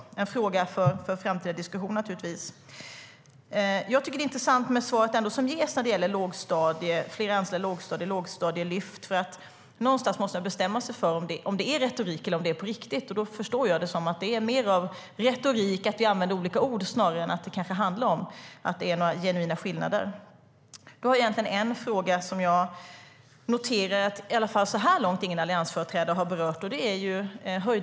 Det är en fråga för framtida diskussioner, naturligtvis. Det finns en fråga som jag noterar att ingen alliansföreträdare har berört, i alla fall inte så här långt.